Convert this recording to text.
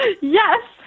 Yes